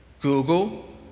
Google